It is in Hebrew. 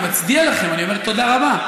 אני מצדיע לכם, אני אומר תודה רבה.